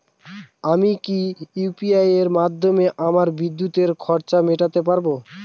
আমি কি ইউ.পি.আই মাধ্যমে আমার বিদ্যুতের খরচা মেটাতে পারব?